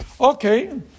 Okay